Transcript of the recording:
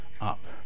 up